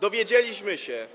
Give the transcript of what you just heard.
Dowiedzieliśmy się,